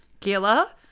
Kayla